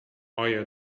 آیا